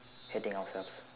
hating ourselves